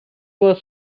was